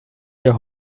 your